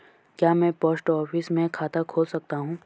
क्या मैं post office में खाता खोल सकता हूँ?